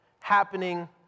happening